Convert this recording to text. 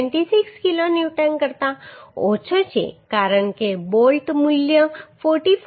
26 kilo newton કરતાં ઓછો છે કારણ કે બોલ્ટ મૂલ્ય 45